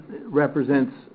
represents